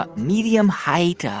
but medium height,